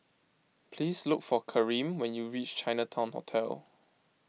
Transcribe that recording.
please look for Karyme when you reach Chinatown Hotel